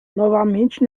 novamente